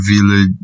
village